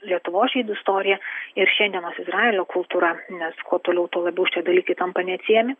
lietuvos žydų istorija ir šiandienos izraelio kultūra nes kuo toliau tuo labiau šie dalykai tampa neatsiejami